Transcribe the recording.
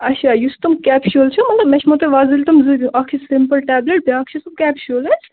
اَچھا یُس تِم کیپشوٗل چھُ مطلب مےٚ چھُمو تۄہہِ وۄزٕلۍ تِم زٕ اَکھ چھِ سِمپُل ٹیبلِٹ بیٛاکھ چھُ سُہ کیٚپشوٗل